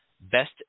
Best